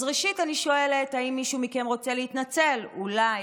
אז ראשית אני שואלת אם מישהו מכם רוצה להתנצל אולי